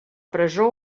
presó